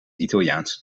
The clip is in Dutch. italiaanse